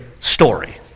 story